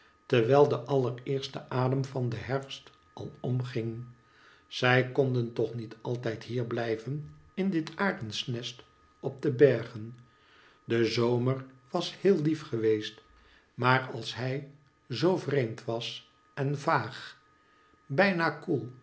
terwijl de allereerste adem van den herfst al omging zij konden toch niet altijd hier blijven in dit arendsnest op de bergen de zomer was heel lief geweest maar als hij zoo vreemd was en vaag bijna